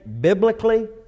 biblically